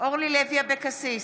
אורלי לוי אבקסיס,